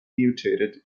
mutated